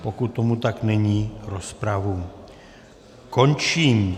Pokud tomu tak není, rozpravu končím.